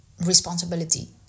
responsibility